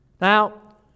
Now